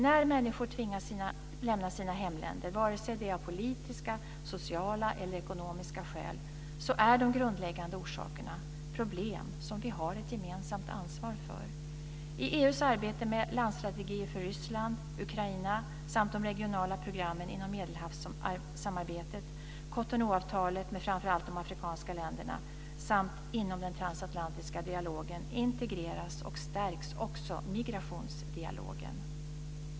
När människor tvingas att lämna sina hemländer - vare sig det är av politiska, sociala eller ekonomiska skäl - så är de grundläggande orsakerna problem som vi har ett gemensamt ansvar för. I EU:s arbete med landstrategier för Ryssland, Ukraina och de regionala programmen inom Medelhavssamarbetet, Cotounou-avtalet med framför allt de afrikanska länderna samt inom den transatlantiska dialogen integreras och stärks också migrationsdialogen.